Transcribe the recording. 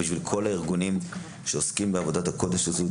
ובשביל כל הארגונים שעוסקים בעבודת הקודש הזו.